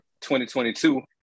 2022